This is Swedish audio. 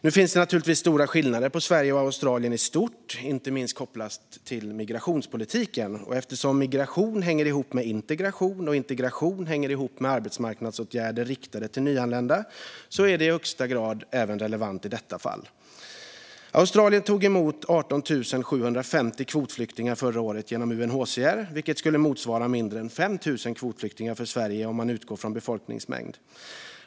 Det är naturligtvis stora skillnader mellan Sverige och Australien i stort, inte minst kopplat till migrationspolitiken. Eftersom migration hänger ihop med integration, och integration hänger ihop med arbetsmarknadsåtgärder riktade till nyanlända är det i högsta grad relevant även i detta fall. Australien tog emot 18 750 kvotflyktingar förra året genom UNHCR, vilket skulle motsvara mindre än 5 000 kvotflyktingar för Sverige om man utgår från befolkningsmängd.